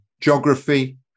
geography